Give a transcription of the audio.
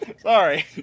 sorry